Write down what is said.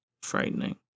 frightening